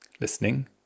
listening